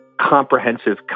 comprehensive